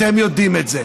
אתם יודעים את זה.